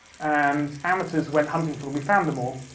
and amateurs went hunting for them. we found them all,